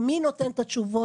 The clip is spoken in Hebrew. מי נותן את התשובות?